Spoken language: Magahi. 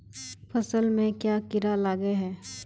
फसल में क्याँ कीड़ा लागे है?